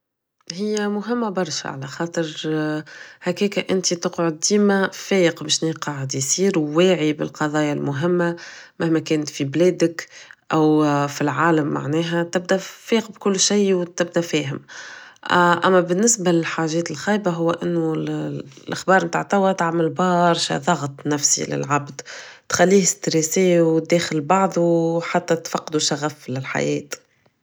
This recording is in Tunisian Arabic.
هي مهمة برشا على خاطر هكاك انت تقعد ديما فايق بشنية قاعد يصر و واعي بالقضايا المهمة مهما كانت في بلادك او في العالم معناها تبدا تفيق ب كل شي و تبدا فيهم اما بالنسبة للحاجات الخايبة هو انو الاخبار متاع توا تعمل برشا ضغط نفسي للعبد تخليه stressée و داخل بعضو حتى تفقدو شغف الحياة